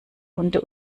hunde